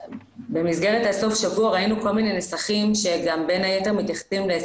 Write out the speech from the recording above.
במסגרת סוף השבוע ראינו- -- יש בעיה עם הקישור שלך.